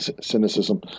cynicism